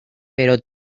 pero